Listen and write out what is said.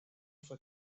fue